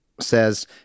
says